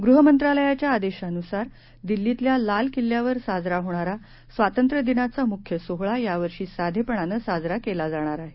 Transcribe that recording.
गृहमंत्रालयाच्या आदेशानुसार दिल्लीतल्या लाल किल्ल्यावर साजरा होणारा स्वातंत्र्य दिनाचा मुख्य सोहळा यावर्षी साधेपणानं साजरा केला जाणार आहे